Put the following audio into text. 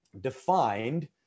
defined